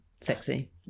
sexy